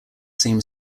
same